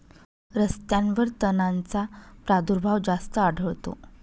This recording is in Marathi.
रस्त्यांवर तणांचा प्रादुर्भाव जास्त आढळतो